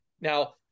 Now